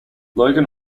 logan